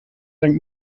sankt